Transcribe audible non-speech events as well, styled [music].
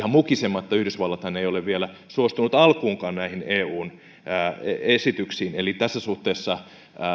[unintelligible] mukisematta yhdysvallathan ei ole vielä suostunut alkuunkaan näihin eun esityksiin eli tässä suhteessa